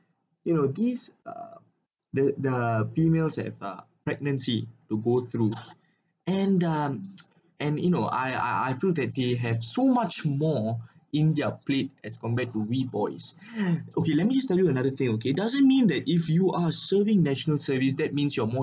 you know these uh the the females have uh pregnancy to go through and uh and you know I I I feel that they have so much more in their plate as compared to we boys okay let me just tell you another thing okay doesn't mean that if you are serving national service that means you are more